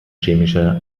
chemische